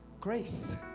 grace